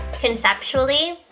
conceptually